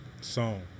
song